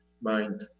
mind